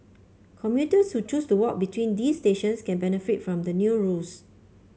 commuters who choose to walk between these stations can benefit from the new rules